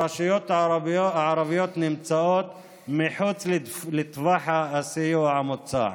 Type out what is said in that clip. הרשויות הערביות נמצאות מחוץ לטווח הסיוע המוצע.